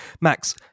Max